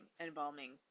embalming